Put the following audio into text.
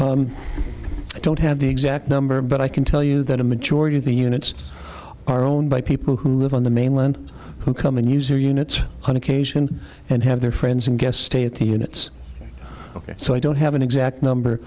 occupied i don't have the exact number but i can tell you that a majority of the units are owned by people who live on the mainland who come in user units on occasion and have their friends and guest stay at the units ok so i don't have an exact number